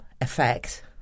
effect